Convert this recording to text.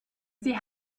sie